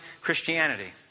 Christianity